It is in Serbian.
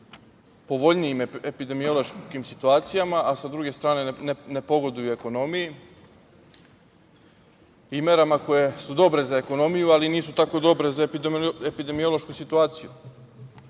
povoljnijim epidemiološkim situacijama, a sa druge strane ne pogoduju ekonomiji i merama koje su dobre za ekonomiju, ali nisu tako dobre za epidemiološku situaciju. Ono